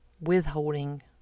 withholding